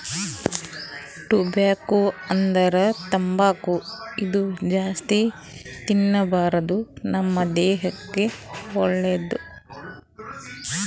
tobacco ಅಂದ್ರ ತಂಬಾಕ್ ಇದು ಜಾಸ್ತಿ ತಿನ್ಬಾರ್ದು ನಮ್ ದೇಹಕ್ಕ್ ಒಳ್ಳೆದಲ್ಲ